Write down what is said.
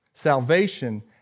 Salvation